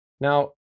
Now